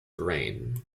rain